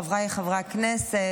חבריי חברי הכנסת,